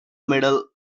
middle